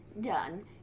done